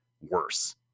worse